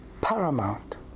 paramount